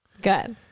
Good